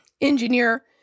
engineer